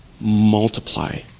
Multiply